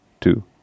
two